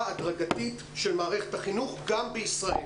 הדרגתית של מערכת החינוך גם בישראל.